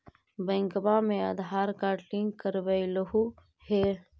बैंकवा मे Aadhaar card link करवैलहो है?